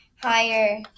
higher